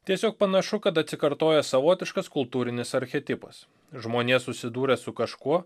tiesiog panašu kad atsikartoja savotiškas kultūrinis archetipas žmonija susidūrė su kažkuo